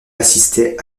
assister